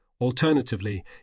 Alternatively